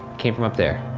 came from up there.